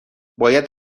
باید